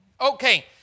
Okay